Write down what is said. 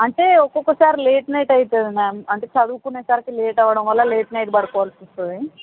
అంటే ఒకొక్కసారి late night అవుతుంది మ్యామ్ అంటే చదువుకునేసరికి లేట్ అవ్వడం వల్ల లేట్ నైట్ పడుకోవాల్సి వస్తుంది